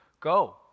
go